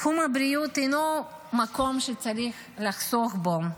תחום הבריאות אינו מקום שצריך לחסוך בו.